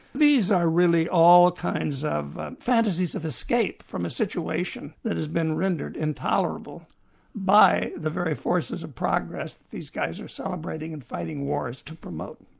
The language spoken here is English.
these are really all kinds of fantasies of escape from a situation that has been rendered intolerable by the very forces of progress that these guys are celebrating and fighting wars to promote.